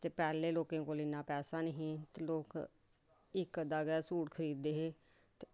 ते पैह्लें लोकें कोल इन्ना पैसा निं ही कि लोक इक अद्धा गै सूट खरीद दे हे ते